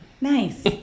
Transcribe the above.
Nice